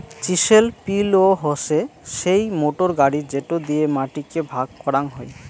chisel পিলও হসে সেই মোটর গাড়ি যেটো দিয়ে মাটি কে ভাগ করাং হই